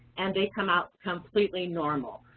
and they come out completely normal.